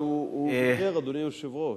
אבל הוא ויתר, אדוני היושב-ראש.